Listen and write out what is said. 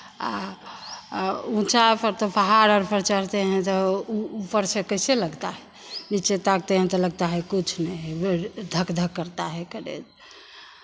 ऊँचा पर तो पहाड़ उर पर चढ़ते हैं तो ऊपर से कैसे लगता है नीचे ताकते है तो लगता है कुछ नहीं है धक धक करता है करेज